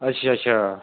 अच्छा अच्छा